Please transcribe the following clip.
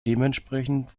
dementsprechend